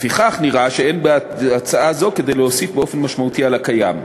לפיכך נראה שאין בהצעה זו כדי להוסיף באופן משמעותי על הקיים.